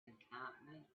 encampment